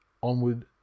onward